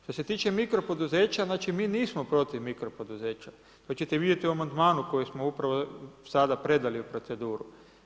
Što se tiče mikro poduzeća, znači, mi nismo protiv mikro poduzeća, to ćete vidjeti u amandmanu, koji smo upravo sada predali u proceduru.